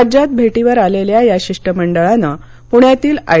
राज्यात भेटीवर आलेल्या या शिष्टमंडळानं पूण्यातील आय